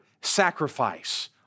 sacrifice